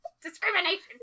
Discrimination